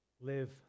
live